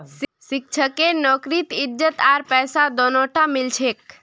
शिक्षकेर नौकरीत इज्जत आर पैसा दोनोटा मिल छेक